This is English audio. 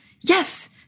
Yes